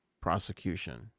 prosecution